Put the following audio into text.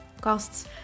costs